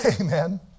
Amen